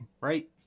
right